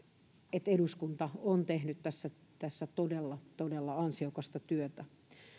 että eduskunta on tehnyt tässä tässä todella todella ansiokasta työtä